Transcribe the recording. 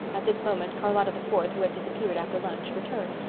at this moment charlotta the fourth, who had disappeared after lunch, returned,